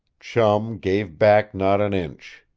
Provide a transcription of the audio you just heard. chum gave back not an inch.